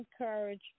encourage